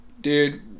Dude